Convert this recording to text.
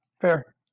Fair